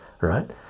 right